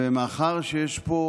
ומאחר שיש פה,